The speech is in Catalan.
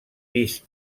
pis